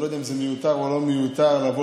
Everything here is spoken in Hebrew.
אני לא יודע אם זה מיותר או לא מיותר לבוא